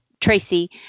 Tracy